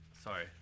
Sorry